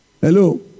Hello